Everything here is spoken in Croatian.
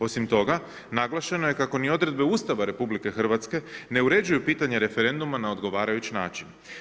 Osim toga, naglašeno je kako ni odredbe Ustava RH, ne uređuje pitanje referenduma na odgovarajući način.